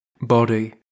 body